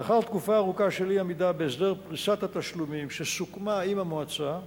לאחר תקופה ארוכה של אי-עמידה בהסדר פריסת התשלומים שסוכם עם המועצה,